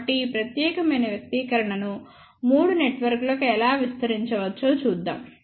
కాబట్టి ఈ ప్రత్యేక వ్యక్తీకరణను మూడు నెట్వర్క్లకు ఎలా విస్తరించవచ్చో చూద్దాం